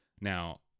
Now